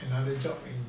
another job in